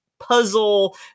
puzzle